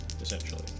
essentially